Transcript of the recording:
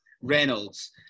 Reynolds